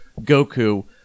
Goku